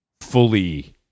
fully